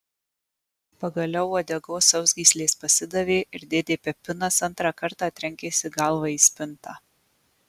pagaliau uodegos sausgyslės pasidavė ir dėdė pepinas antrą kartą trenkėsi galva į spintą